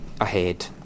ahead